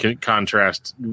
contrast